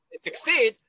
succeed